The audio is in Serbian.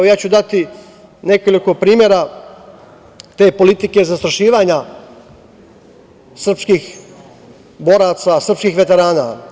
Daću nekoliko primera te politike zastrašivanja srpskih boraca, srpskih veterana.